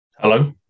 Hello